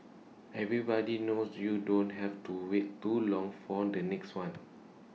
everybody knows you don't have to wait too long for the next one